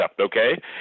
okay